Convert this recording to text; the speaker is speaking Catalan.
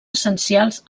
essencials